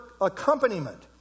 accompaniment